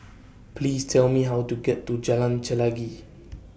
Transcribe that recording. Please Tell Me How to get to Jalan Chelagi